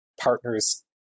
partners